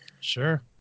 Sure